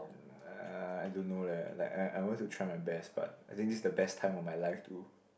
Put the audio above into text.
uh I don't know leh like I I want to try my best but I think this is the best time of my life too